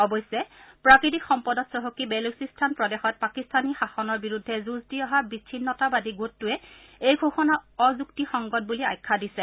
অৱশ্যে প্ৰাকৃতিক সম্পদত চহকী বেলুচিস্তান প্ৰদেশত পাকিস্তানী শাসনৰ বিৰুদ্ধে যুঁজ দি অহা বিছিন্নতাবাদী গোটটোৱে এই ঘোষণা অযুক্তিসংগত বুলি আখ্যা দিছে